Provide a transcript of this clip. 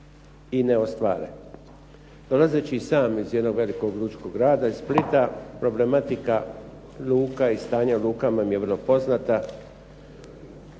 i ne ostvare. Dolazeći i sam iz jednog velikog lučkog grada, iz Splita, problematika luka i stanja u lukama mi je vrlo poznata.